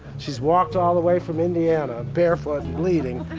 she's walked all the way from indiana barefoot and bleeding,